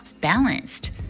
balanced